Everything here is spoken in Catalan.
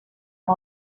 amb